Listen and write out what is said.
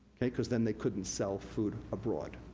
cause then they couldn't sell food abroad.